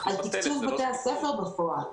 על תקצוב בתי הספר בפועל,